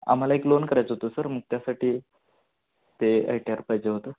आम्हाला एक लोन करायचं होतं सर मग त्यासाठी ते आय टी आर पाहिजे होतं